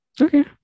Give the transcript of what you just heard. Okay